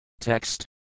Text